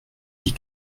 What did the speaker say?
dit